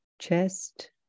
chest